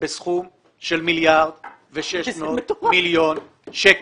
בסכום של מיליארד ו-600 מיליון שקלים.